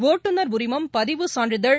ஒட்டுநர் உரிமம் பதிவுச் சான்றிதழ்